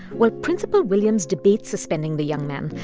while principal williams debates suspending the young man,